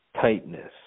tightness